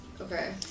Okay